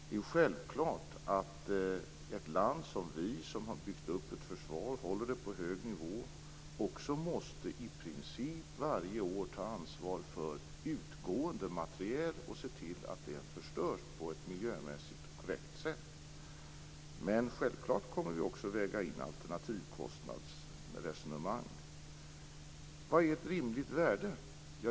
Det är självklart att ett land som vårt, som har byggt upp ett försvar och håller det på hög nivå, också i princip varje år måste ta ansvar för utgående materiel och se till att den förstörs på ett miljömässigt korrekt sätt. Men självklart kommer vi också att väga in alternativkostnadsresonemang. Vad är ett rimligt värde?